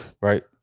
Right